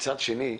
מצד שני,